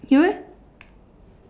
you leh